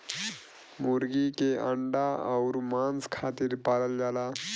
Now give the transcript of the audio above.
मुरगी के अंडा अउर मांस खातिर पालल जाला